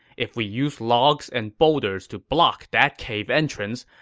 if we use logs and boulders to block that cave entrance,